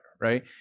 right